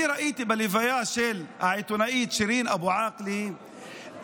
אני ראיתי בהלוויה של העיתונאית שירין אבו עאקלה איך